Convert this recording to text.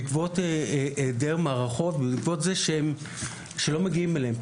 בעקבות היעדר מערכות ובעקבות זה שלא מגיעים אליהם.